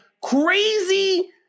crazy